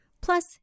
Plus